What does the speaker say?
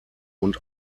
und